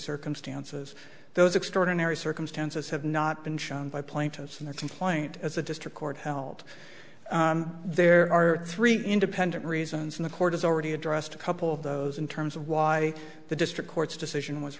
circumstances those extraordinary circumstances have not been shown by plaintiffs in the complaint as a district court held there are three independent reasons in the court has already addressed a couple of those in terms of why the district court's decision was